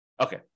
Okay